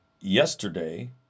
yesterday